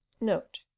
note